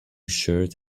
shirt